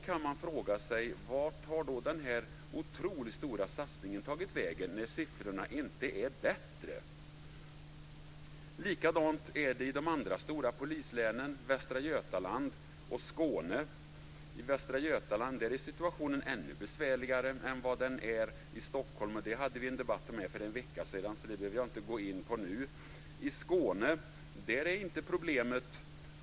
Man kan fråga sig vart den otroligt stora satsningen har tagit vägen när siffrorna inte är bättre. Likadant är det i de andra stora polislänen, Västra Götaland och Skåne. I Västra Götaland är situationen ännu besvärligare än vad den är i Stockholm. Det hade vi en debatt om här i förra veckan, så det behöver jag inte gå in på nu.